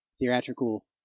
theatrical